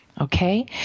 Okay